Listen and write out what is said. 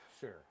Sure